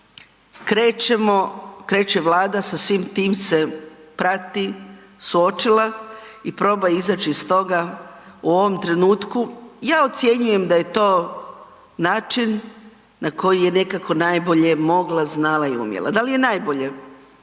krećemo, kreće Vlada sa svim tim se prati, suočila i proba izaći iz toga u ovom trenutku. Ja ocjenjujem da je to način na koji je nekako najbolje mogla, znala i umjela. Dal je najbolji?